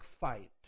Fight